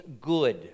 good